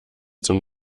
zum